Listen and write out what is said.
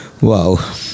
Wow